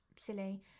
silly